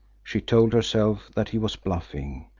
she told herself that he was bluffing,